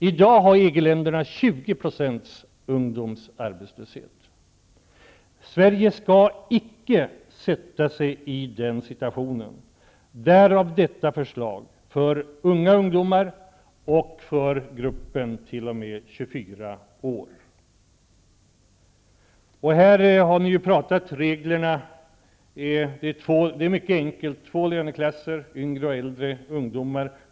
I dag har EG länderna 20 % ungdomsarbetslöshet. Sverige skall icke sätta sig i den situationen, därav detta förslag för unga ungdomar och för gruppen t.o.m. 24 år. Ni har pratat om reglerna. De är mycket enkla. Två löneklasser, yngre och äldre ungdomar.